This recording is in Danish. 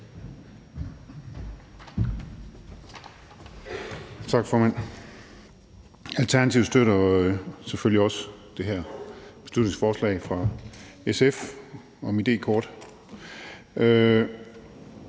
Tak, formand. Alternativet støtter selvfølgelig også det her beslutningsforslag fra SF om id-kort.